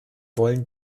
wollen